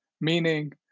meaning